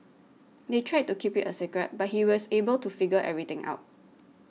they tried to keep it a secret but he was able to figure everything out